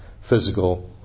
physical